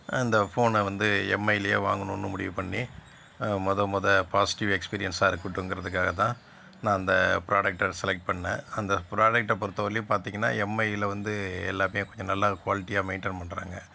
அந்த ஃபோனை வந்து எம்ஐலையே வாங்கணும்னு முடிவு பண்ணி மொதல் மொதல் பாசிட்டிவ் எக்ஸ்பீரியன்ஸாக இருக்கட்டும்ங்கிறதுக்காக தான் நான் அந்த ப்ராடக்ட்டை செலக்ட் பண்ணிணேன் அந்த ப்ராடக்ட்டை பொறுத்த வரையிலையும் பார்த்திங்கன்னா எம்ஐயில் வந்து எல்லாமே கொஞ்சம் நல்லா குவாலிட்டியாக மெயின்டைன் பண்ணுறாங்க